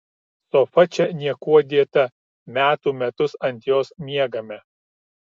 sofa čia niekuo dėta metų metus ant jos miegame